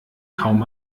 kaum